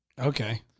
Okay